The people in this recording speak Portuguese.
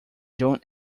john